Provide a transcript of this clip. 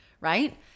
right